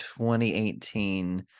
2018